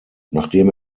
nachdem